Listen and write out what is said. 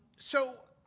so,